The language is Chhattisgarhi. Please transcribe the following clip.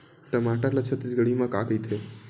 टमाटर ला छत्तीसगढ़ी मा का कइथे?